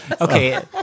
Okay